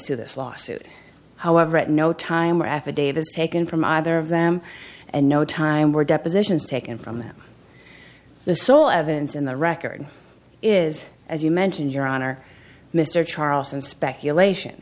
to this lawsuit however at no time or affidavit taken from either of them and no time were depositions taken from them the sole evidence in the record is as you mentioned your honor mr charles and speculation